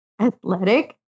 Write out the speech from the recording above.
Athletic